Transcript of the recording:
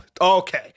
okay